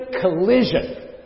collision